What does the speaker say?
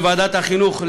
בוועדת החינוך,